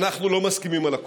אנחנו לא מסכימים על הכול.